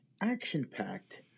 action-packed